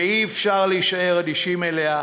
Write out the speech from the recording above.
ואי-אפשר להישאר אדישים אליה.